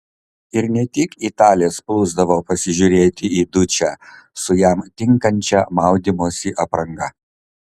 ir ne tik italės plūsdavo pasižiūrėti į dučę su jam tinkančia maudymosi apranga